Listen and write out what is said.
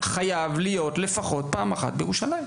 חייב להיות לפחות פעם אחת בירושלים.